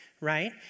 right